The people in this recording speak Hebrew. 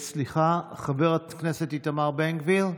חבר הכנסת איתמר בן גביר,